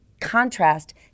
contrast